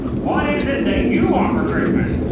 what is it that you want for christmas?